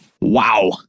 Wow